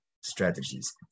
strategies